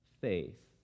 faith